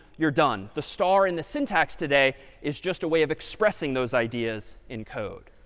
you're done. the star in the syntax today is just a way of expressing those ideas in code.